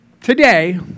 Today